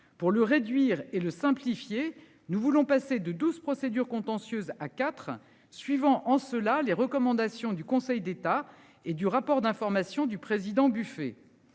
Pour le réduire et le simplifier. Nous voulons passer de 12 procédures contentieuses A4 suivant en cela les recommandations du Conseil d'État et du rapport d'information du président buffet.